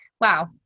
Wow